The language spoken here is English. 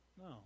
No